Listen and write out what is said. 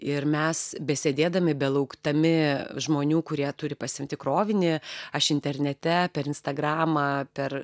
ir mes besėdėdami belaukdami žmonių kurie turi pasiimti krovinį aš internete per instagramą per